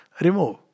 remove